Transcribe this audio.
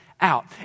out